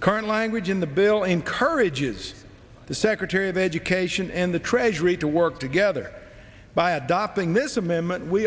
current language in the bill encourages the secretary of education and the treasury to work together by adopting this amendment we